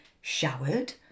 showered